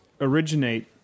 originate